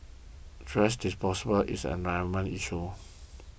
thrash disposal is an environmental issue